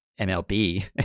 MLB